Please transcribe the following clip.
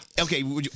okay